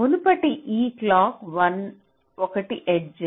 మునుపటి ఈ clock 1 edge